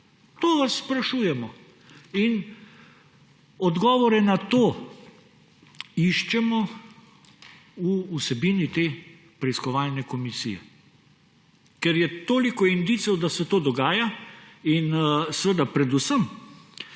to vas sprašujemo. In odgovore na to iščemo v vsebini te preiskovalne komisije, ker je toliko indicev, da se to dogaja; in seveda predvsem